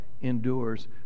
endures